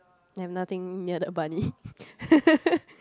I've nothing ya the bunny